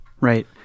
Right